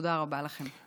תודה רבה לכם.